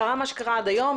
קרה מה שקרה עד היום,